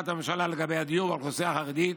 הממשלה לגבי הדיור לאוכלוסייה החרדית,